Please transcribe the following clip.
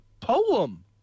poem